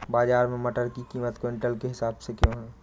बाजार में मटर की कीमत क्विंटल के हिसाब से क्यो है?